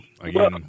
again